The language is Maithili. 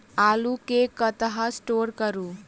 आलु केँ कतह स्टोर करू?